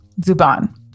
Zuban